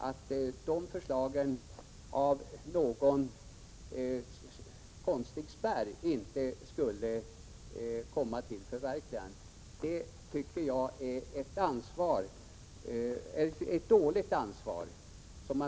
Att de förslagen genom någon konstig spärr inte skulle få komma till förverkligande tyder på ett dåligt ansvar.